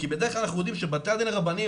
כי בדרך כלל אנחנו יודעים שבתי הדין הרבניים